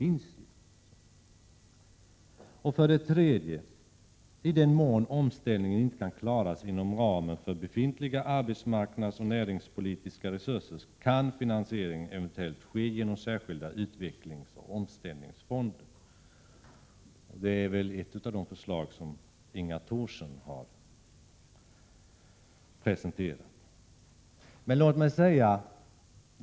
I den mån omställningen inte kan klaras inom ramen för befintliga arbetsmarknadsoch näringspolitiska resurser kan finansiering eventuellt ske genom särskilda utvecklingsoch omställningsfonder — ett förslag som Inga Thorsson har presenterat.